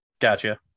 gotcha